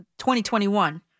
2021